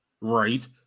right